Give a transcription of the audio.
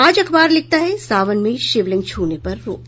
आज अखबार लिखता है सावन में शिवलिंग छूने पर रोक